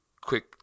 quick